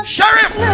Sheriff